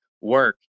work